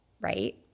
Right